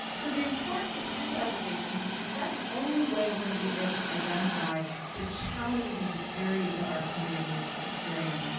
so the importance of disaggregation is because that's the only way we're going to be able to identify the challenges and disparities that our communities experience,